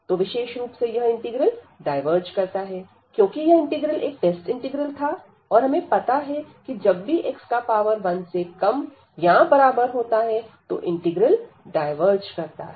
तो विशेष रूप से यह इंटीग्रल डायवर्ज करता है क्योंकि यह इंटीग्रल एक टेस्ट इंटीग्रल था और हमें पता है जब भी x का पावर 1 से कम या बराबर होता है तो इंटीग्रल डायवर्ज करता है